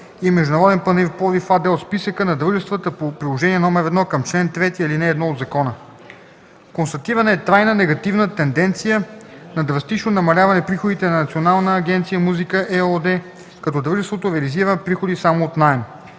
АД от списъка на дружествата по Приложение № 1 към чл. 3, ал. 1 от закона. Констатира се трайна негативна тенденция на драстично намаляване приходите на Национална агенция „Музика” ЕООД, като дружеството реализира приходи само от наем.